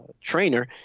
trainer